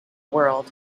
world